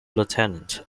lieutenant